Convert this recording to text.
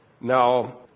Now